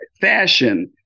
fashion